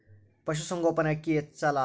ಪಶುಸಂಗೋಪನೆ ಅಕ್ಕಿ ಹೆಚ್ಚೆಲದಾ?